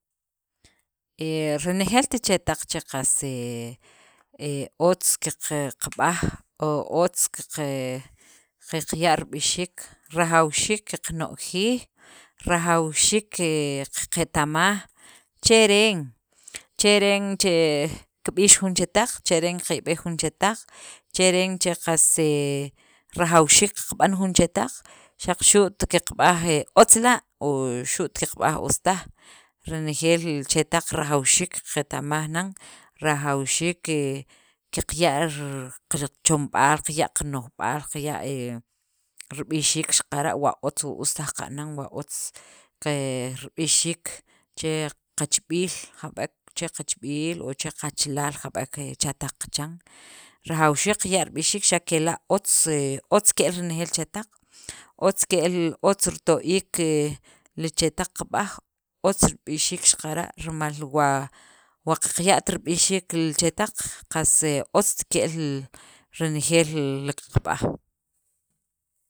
Renejeelt li chetaq che qas otz heheheheh qaqb'aj, otz qaqya' rib'ixiik, rajawxiik qaqno'jij, rajawxiik qaqeta'maj, ¿Cheren? ¿Cheren che kib'ix jun chetaq?, ¿Cheren qaqiyb'ej jun chetaq?, ¿Cheren qas rajawxiik qab'an jun chetaq?. Xaq xu't qab'aj otz la' o xu't qaqb'aj otz taj, renejeel li chetaq rajawxiik qaqeta'maj nan, rajawxiik qaqya' kachomb'aal, qaya' qano'jb'al, qaya' hehehe rib'ixiik xaqara' wa otz wa otz taj qa'nan wa otz rib'ixiik che qachib'iil jab'ek che qachb'iliil o cha qachalaal jab'ek cha taq qachan rajawxiik qaya' rib'ixiik xa kela' otz heheheh otz ke'l renejeel chetaq otz ke'l otz rito'iik li chetaq qab'aj, otz rib'ixiik xaqara' rimal wa qaya't rib'ixiik li chetaq qast otz ke'l renejeel li qaqb'aj.